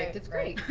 it's great.